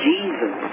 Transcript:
Jesus